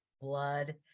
blood